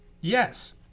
yes